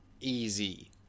easy